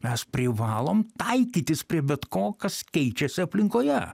mes privalom taikytis prie bet ko kas keičiasi aplinkoje